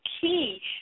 key